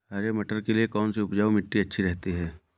हरे मटर के लिए कौन सी उपजाऊ मिट्टी अच्छी रहती है?